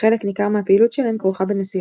וחלק ניכר מהפעילות שלהן כרוכה בנסיעות.